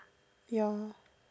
ya